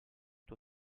tuo